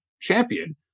champion